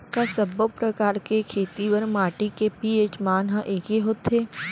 का सब्बो प्रकार के खेती बर माटी के पी.एच मान ह एकै होथे?